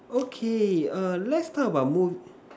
okay err let's talk about mood